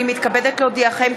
הנני מתכבדת להודיעכם,